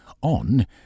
on